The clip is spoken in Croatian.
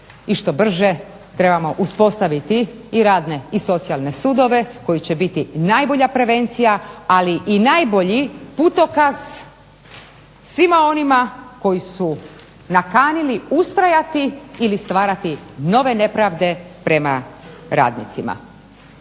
i što brže trebamo uspostaviti i radne i socijalne sudove koji će biti najbolja prevencija ali i najbolji putokazi svima onima koji su nakanili ustrajati ili stvarati nove nepravde prema radnicima.